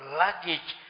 luggage